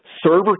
Server